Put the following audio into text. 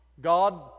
God